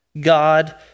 God